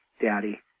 Daddy